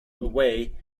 away